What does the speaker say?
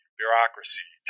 bureaucracy